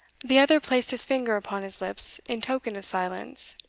the other placed his finger upon his lips in token of silence,